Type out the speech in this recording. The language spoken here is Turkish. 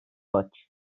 maç